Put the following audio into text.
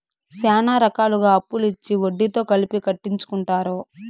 శ్యానా రకాలుగా అప్పులు ఇచ్చి వడ్డీతో కలిపి కట్టించుకుంటారు